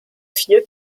vier